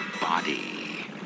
body